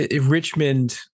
Richmond